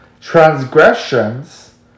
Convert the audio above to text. Transgressions